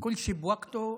כול שי פי וקתהו,